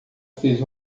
fez